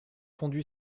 fondu